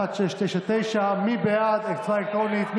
1699. הצבעה אלקטרונית.